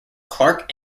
clark